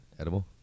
edible